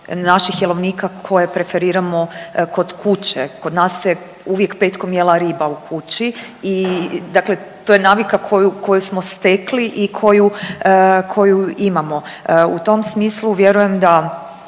naših jelovnika koje preferiramo kod kuće. Kod nas se uvijek petkom jela riba u kući i dakle to je navika koju smo stekli i koju imamo. U tom smislu vjerujem da